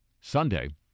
sunday